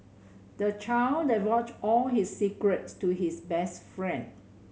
the child divulged all his secrets to his best friend